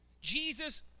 Jesus